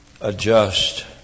adjust